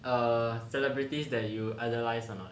err celebrities that you idolise or not